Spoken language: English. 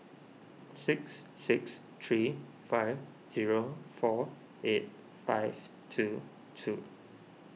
six six three five zero four eight five two two